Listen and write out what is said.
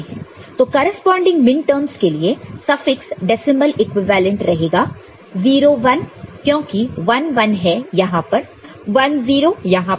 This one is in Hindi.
तो करेस्पॉन्डिंग मिनटर्म्स के लिए सफिक्स डेसिमल इक्विवेलेंट रहेगा 0 1 क्योंकि 1 1 है यहां पर 1 0 यहां पर